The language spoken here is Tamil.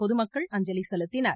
பொதுமக்கள் அஞ்சலி செலுத்தினர்